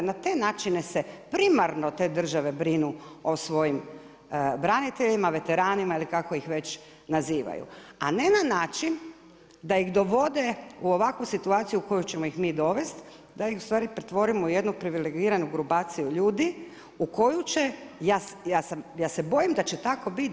Na te načine se primarno te države brinu o svojim braniteljima, veteranima ili kako ih već nazivaju, a ne na način da ih dovode u ovakvu situaciju u koju ćemo ih mi dovesti, da ih u stvari pretvorimo u jednu privilegiranu grupaciju ljudi u koju će, ja se bojim da će tako biti.